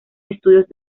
estudios